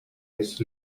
his